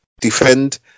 defend